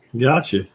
Gotcha